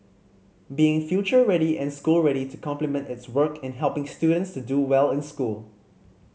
being future ready and school ready to complement its work in helping students to do well in school